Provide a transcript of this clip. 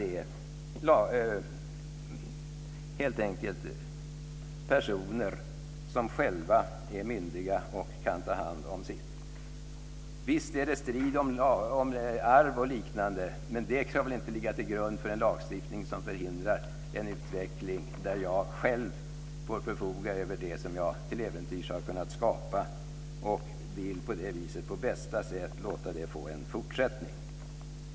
Den går helt enkelt ut på att det är personer som själva är myndiga och kan ta hand om sitt. Visst är det strid om arv och liknande, men det ska väl inte ligga till grund för en lagstiftning som förhindrar en utveckling där jag själv får förfoga över det jag till äventyrs har kunnat skapa och på det viset på bästa sätt låta det få en fortsättning.